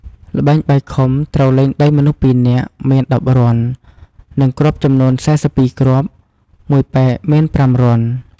ល្បែងបាយខុំ ត្រូវលេងដោយមនុស្សពីរនាក់មាន១០រន្ធ និងគ្រាប់ចំនួន៤២គ្រាប់ មួយប៉ែកមាន៥រន្ធ។